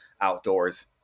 outdoors